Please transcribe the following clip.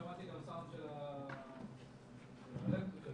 לצאת למסגרות; שתיים,